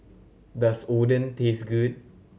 does Oden taste good